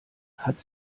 hat